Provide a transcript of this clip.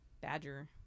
Badger